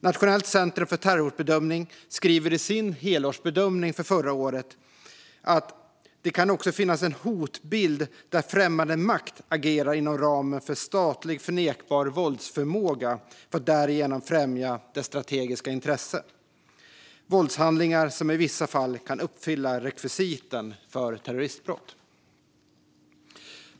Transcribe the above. Nationellt centrum för terrorhotbedömning skriver i sin helårsbedömning från förra året att det kan finnas en hotbild där främmande makt agerar inom ramen för statlig förnekbar våldsförmåga för att därigenom främja sina strategiska intressen. Dessa våldshandlingar kan i vissa fall uppfylla rekvisiten för terroristbrott.